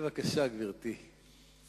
בבקשה, גברתי.